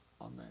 Amen